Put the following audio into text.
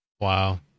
Wow